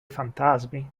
fantasmi